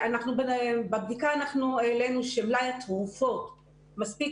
בבדיקה אנחנו העלינו שמלאי התרופות מספיק